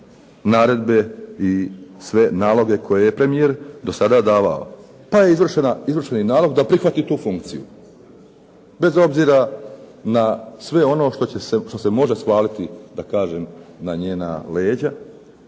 naredbe i sve naloge koje je premijer do sada davao, pa je izvršen i nalog da prihvati tu funkciju, bez obzira na sve ono što se može svaliti na njena leđa